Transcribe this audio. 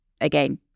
again